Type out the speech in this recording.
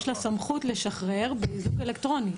יש לה סמכות לשחרר באיזוק אלקטרוני.